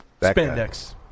Spandex